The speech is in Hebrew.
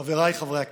חבריי חברי הכנסת,